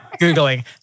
googling